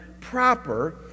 proper